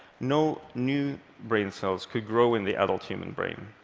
no new brain cells could grow in the adult human brain.